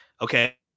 okay